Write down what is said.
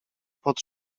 pod